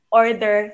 order